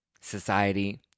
society